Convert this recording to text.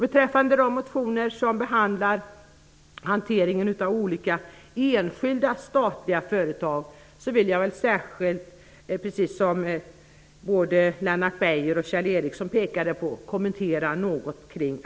Beträffande de motioner som behandlar hanteringen av olika enskilda statliga företag vill jag, precis som Lennart Beijer och Kjell Ericsson, särskilt kommentera Assi Domän.